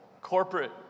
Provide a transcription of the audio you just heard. corporate